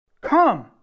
Come